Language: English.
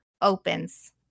opens